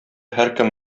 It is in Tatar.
һәркем